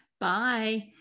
Bye